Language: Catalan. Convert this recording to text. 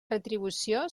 retribució